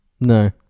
No